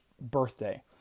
birthday